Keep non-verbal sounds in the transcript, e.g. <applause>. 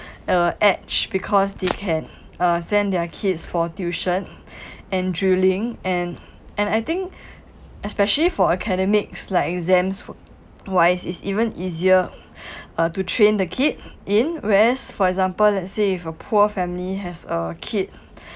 uh edge because they can uh send their kids for tuition and drilling and and I think especially for academics like exams wise it's even easier <breath> uh to train the kid in whereas for example let's say a poor family has a kid